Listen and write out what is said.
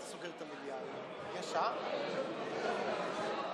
להלן התוצאות: בעד, 54,